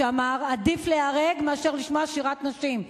שאמר: עדיף להיהרג מאשר לשמוע שירת נשים,